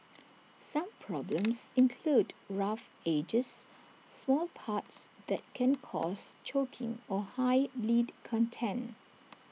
some problems include rough edges small parts that can cause choking or high lead content